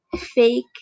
fake